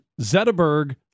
Zetterberg